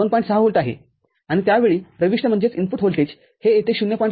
६ volt आहे आणि त्यावेळी प्रविष्टव्होल्टेज हे येथे ०